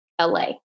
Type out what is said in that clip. LA